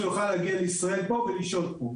שזה כולל את שתי הקטגוריות,